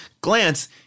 glance